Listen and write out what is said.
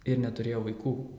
ir neturėjo vaikų